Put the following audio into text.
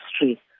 history